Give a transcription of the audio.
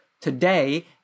today